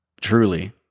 Truly